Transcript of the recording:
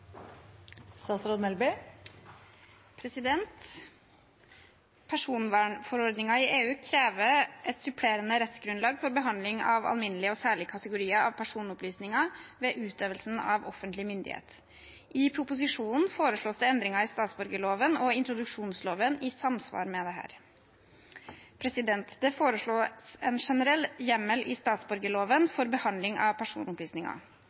i EU krever et supplerende rettsgrunnlag for behandling av alminnelige og særlige kategorier av personopplysninger ved utøvelsen av offentlig myndighet. I proposisjonen foreslås det endringer i statsborgerloven og introduksjonsloven i samsvar med dette. Det foreslås en generell hjemmel i statsborgerloven for behandling av personopplysninger.